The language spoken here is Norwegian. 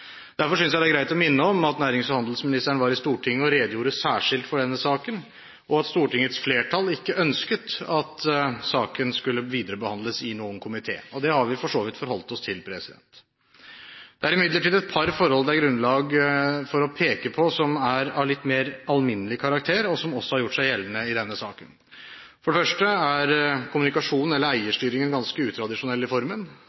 Derfor synes jeg det er greit å minne om at nærings- og handelsministeren var i Stortinget og redegjorde særskilt for denne saken, og Stortingets flertall ønsket ikke at saken skulle viderebehandles i noen komité. Det har vi for så vidt forholdt oss til. Det er imidlertid et par forhold det er grunn til å peke på, forhold som er av litt mer alminnelig karakter, og som også har gjort seg gjeldende i denne saken. For det første er kommunikasjonen – eller eierstyringen – ganske utradisjonell i formen.